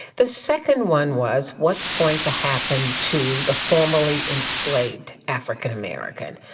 the second one was what's going to happen to the formerly enslaved african american?